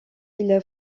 île